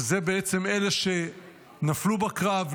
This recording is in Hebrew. שלמעשה זה אלה שנפלו בקרב,